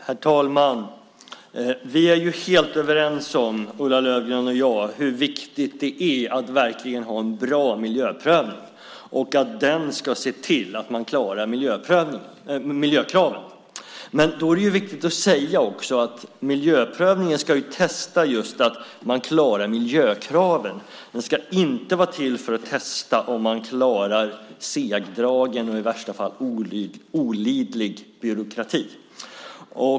Herr talman! Vi är helt överens, Ulla Löfgren och jag, om hur viktigt det är att verkligen ha en bra miljöprövning och att den ska se till att man klarar miljökraven. Det är dock också viktigt att säga att miljöprövningen ska testa att man klarar miljökraven. Den ska inte vara till för att testa om man klarar segdragen och i värsta fall olidlig byråkrati.